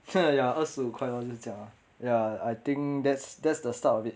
真的呀二十五块 lor 就是这样 lor ya I think that's that's the start of it